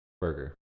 burger